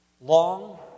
long